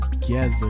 together